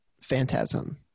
phantasm